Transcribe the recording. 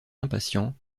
impatients